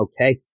Okay